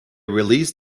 released